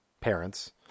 parents